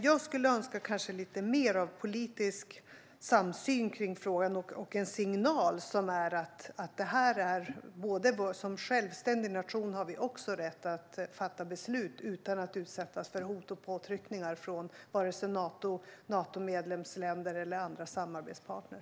Jag skulle önska lite mer av politisk samsyn i frågan och en signal att Sverige som självständig nation har rätt att fatta beslut utan att utsättas för hot och påtryckningar från vare sig Natomedlemsländer eller andra samarbetspartner.